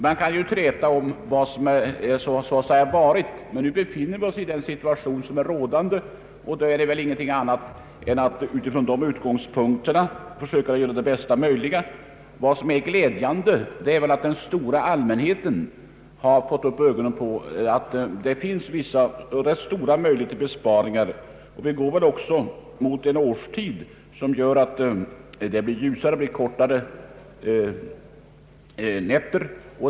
Man kan träta om vad som har föranlett denna bristsituation, men i dag är det väl bara att göra det bästa möjliga av situationen. Det glädjande är att den stora allmänheten har fått upp ögonen för att det finns stora möjligheter till besparingar, ganska stora till och med. Vi går också till mötes en ljusare årstid med kortare nätter.